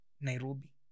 Nairobi